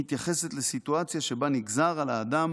מתייחסת לסיטואציה שבה נגזר על האדם